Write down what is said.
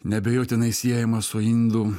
neabejotinai siejama su indų